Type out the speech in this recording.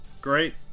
Great